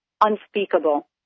unspeakable